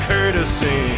Courtesy